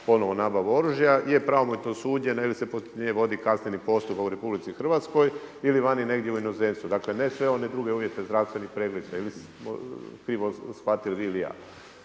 ponovo nabavu oružja je pravomoćna osuđena ili se protiv nje vodi kazneni postupak u Republici Hrvatskoj ili vani negdje u inozemstvu. Dakle, ne sve one druge uvjete, zdravstveni pregled. Možda ste krivo shvatili ili vi ili ja.